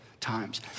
times